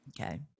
Okay